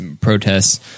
protests